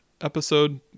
episode